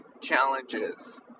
challenges